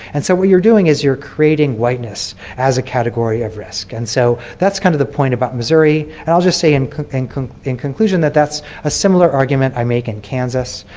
and so what you're doing is creating whiteness as a category of risk. and so that's kind of the point about missouri. and i'll just say in and in conclusion that that's a similar argument i make in kansas.